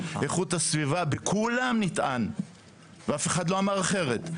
איכות הסביבה בכולם ניטען ואף אחד לא אמר אחרת,